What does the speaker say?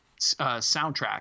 soundtrack